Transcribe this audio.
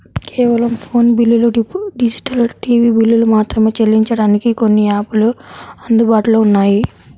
కేవలం ఫోను బిల్లులు, digital TV బిల్లులు మాత్రమే చెల్లించడానికి కొన్ని యాపులు అందుబాటులో ఉన్నాయి